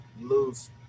lose